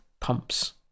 pumps